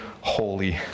holy